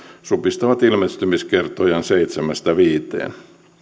supistavat ilmestymiskertojaan seitsemästä viiteen